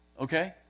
okay